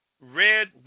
Red